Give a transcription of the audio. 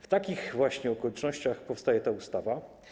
W takich właśnie okolicznościach powstaje ta ustawa.